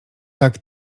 tak